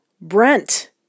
Brent